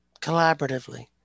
Collaboratively